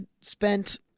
spent